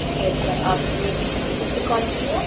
جی اچھا آپ نے کس مقصد سے کال کی ہے